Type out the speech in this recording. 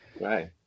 Right